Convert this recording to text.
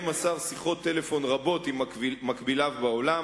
השר שיחות טלפון רבות עם מקביליו בעולם,